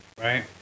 right